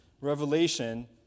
Revelation